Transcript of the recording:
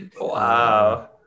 Wow